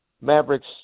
Mavericks